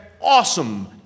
awesome